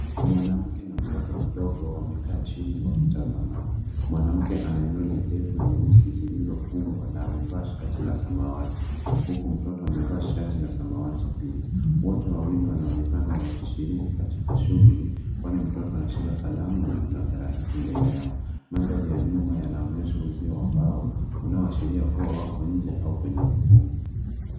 Mwanamke na mtoto mdogo wamekaa chini wakitazamana. Mwanamke ana nywele ndefu nyeusi zilizofungwa na amevaa shati la samawati huku mtoto amevaa shati la samawati pia. Wote wawili wanaonekana wakishiriki katika shughuli kwani mtoto anashika kalamu na kuna karatasi mbele yao. Mandhari ya nyuma yanaonyesha uzi wa mbao unaoashiria kua wako nje au wenye ukumbi.